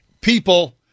people